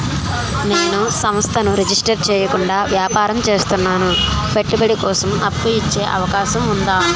నేను సంస్థను రిజిస్టర్ చేయకుండా వ్యాపారం చేస్తున్నాను పెట్టుబడి కోసం అప్పు ఇచ్చే అవకాశం ఉందా?